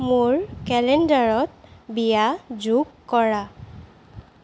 মোৰ কেলেণ্ডাৰত বিয়া যোগ কৰা